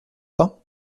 pas